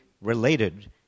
related